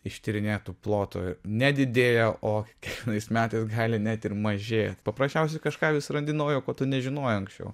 ištyrinėtų plotų nedidėja o kiekvienais metais gali net ir mažėt paprasčiausiai kažką vis randi naujo ko tu nežinojai anksčiau